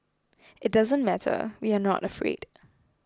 it doesn't matter we are not afraid